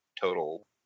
total